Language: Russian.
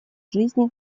жизни